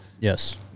Yes